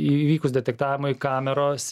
įvykus detektavimui kameros